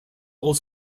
was